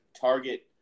target